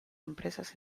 empresas